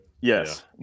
Yes